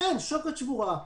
עומדים מול שוקת שבורה.